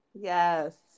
Yes